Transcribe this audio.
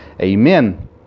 Amen